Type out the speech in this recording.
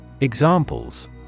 Examples